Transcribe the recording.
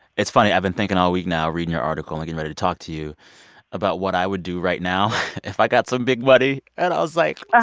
it's funny. i've been thinking all week now, reading your article and getting ready to talk to you about what i would do right now if i got some big money. and i was like, ah